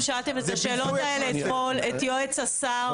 אתם שאלתם את השאלות האלה אתמול את יועץ השר.